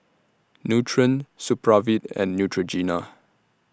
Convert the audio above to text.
Nutren Supravit and Neutrogena